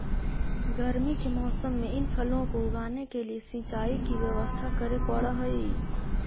गर्मी के मौसम में इन फलों को उगाने के लिए सिंचाई की व्यवस्था करे पड़अ हई